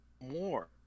more